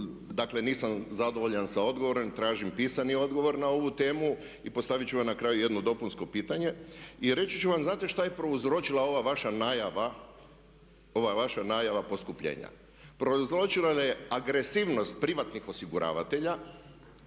dakle nisam zadovoljan sa odgovorom i tražim pisani odgovor na ovu temu i postaviti ću vam na kraju jedno dopunsko pitanje. I reći ću vam, znate šta je prouzročila ova vaša najava, ova vaša najava poskupljenja? Prouzročila je agresivnost privatnih osiguravatelja